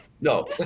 No